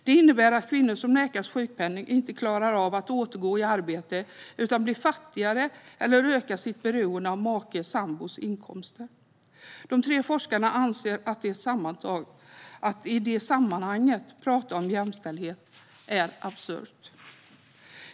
Det innebär att kvinnor som nekas sjukpenning inte klarar av att återgå i arbete utan blir fattigare eller ökar sitt beroende av makes eller sambos inkomster. De tre forskarna anser att det är absurt att i det sammanhanget prata om jämställdhet.